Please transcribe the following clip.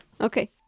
Okay